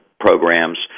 programs